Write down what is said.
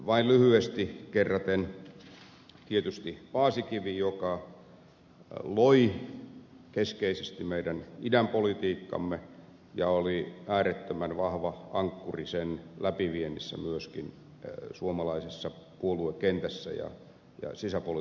vain lyhyesti kerraten tietysti paasikivi joka loi keskeisesti meidän idänpolitiikkaamme ja oli äärettömän vahva ankkuri sen läpiviennissä myöskin suomalaisessa puoluekentässä ja sisäpoliittisella rintamalla